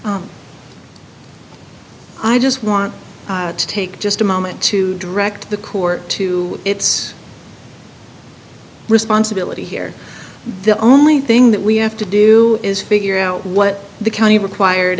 it i just want to take just a moment to direct the court to its responsibility here the only thing that we have to do is figure out what the county required